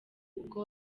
ubwo